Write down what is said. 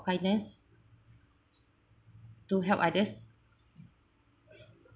kindness to help others